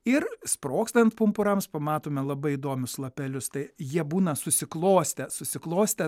ir sprogstant pumpurams pamatome labai įdomius lapelius tai jie būna susiklostę susiklostę